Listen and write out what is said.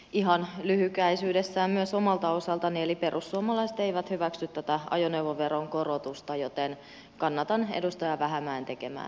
ihan lyhykäisyydessään myös omalta osaltani eli perussuomalaiset eivät hyväksy tätä ajoneuvoveron korotusta joten kannatan edustaja vähämäen tekemää esitystä